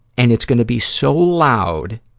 and it's gonna be so loud,